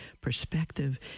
perspective